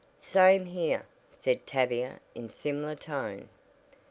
same here! said tavia in similar tone.